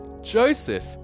Joseph